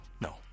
No